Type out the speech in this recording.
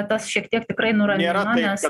tas šiek tiek tikrai nuramina nes